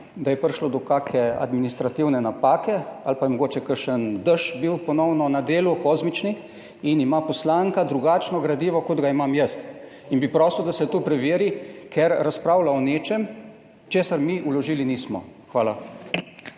da je prišlo do kake administrativne napake ali pa je mogoče kakšen dež bil ponovno na delu kozmični in ima poslanka drugačno gradivo kot ga imam jaz in bi prosil, da se to preveri, ker razpravlja o nečem, česar mi vložili nismo. Hvala.